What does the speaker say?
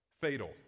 fatal